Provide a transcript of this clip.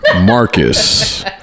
Marcus